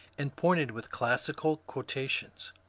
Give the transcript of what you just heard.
and pointed with classical quotations.